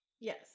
Yes